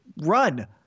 run